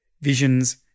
visions